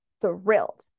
thrilled